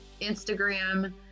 Instagram